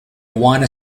one